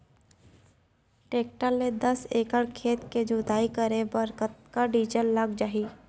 Tractor ले दस एकड़ खेत के जुताई करे बर कतका डीजल लग जाही?